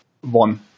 one